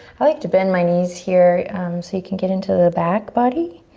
like to bend my knees here so you can get into the back body.